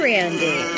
Randy